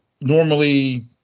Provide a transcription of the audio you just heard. Normally